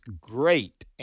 great